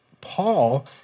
Paul